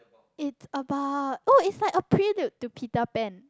it's about oh it's like a prenup to Peter Pan